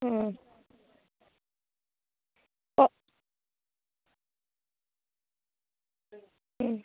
হুম হুম